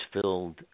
filled